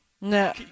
No